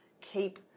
keep